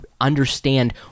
understand